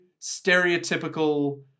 stereotypical